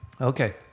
Okay